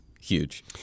huge